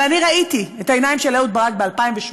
אבל אני ראיתי את העיניים של אהוד ברק ב-2008,